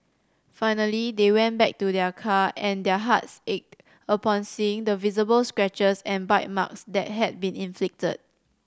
finally they went back to their car and their hearts ached upon seeing the visible scratches and bite marks that had been inflicted